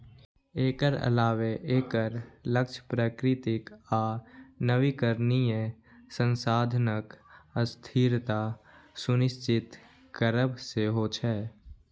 एकर अलावे एकर लक्ष्य प्राकृतिक आ नवीकरणीय संसाधनक स्थिरता सुनिश्चित करब सेहो छै